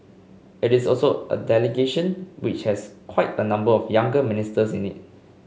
it is also a delegation which has quite a number of younger ministers in it